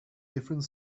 different